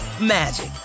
magic